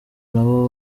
nabo